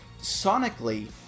sonically